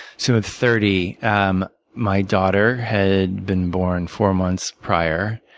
so at thirty, um my daughter had been born four months prior.